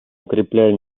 укрепляем